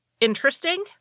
interesting